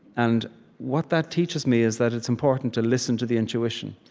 and what that teaches me is that it's important to listen to the intuition,